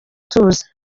tuzi